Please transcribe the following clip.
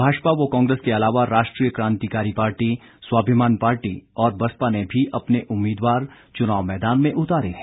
भाजपा व कांग्रेस के अलावा राष्ट्रीय कांतिकारी पार्टी स्वाभिमान पार्टी और बसपा ने भी अपने उम्मीदवार चुनाव मैदान में उतारे हैं